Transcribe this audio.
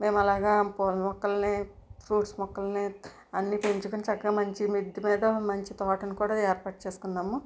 మేము అలాగా పులామొక్కల్ని ఫ్రూట్స్ మొక్కల్ని అన్ని పెంచుకోని చక్కగా మంచి మిద్దె మీద మంచి తోటని కూడా ఏర్పాటు చేసుకున్నాము